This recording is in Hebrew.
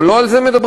אבל לא על זה מדברים.